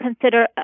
consider